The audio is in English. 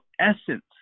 essence